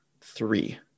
three